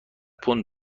پوند